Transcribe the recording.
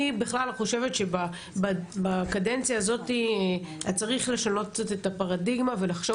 בכלל חושבת שבקדנציה הזאת צריך קצת לשנות את הפרדיגמה ולחשוב